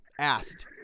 asked